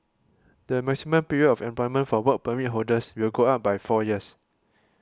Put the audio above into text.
the maximum period of employment for Work Permit holders will go up by four years